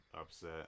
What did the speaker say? upset